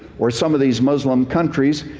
or some of these muslim countries,